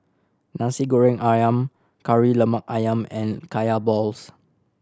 Nasi Goreng Ayam Kari Lemak Ayam and Kaya balls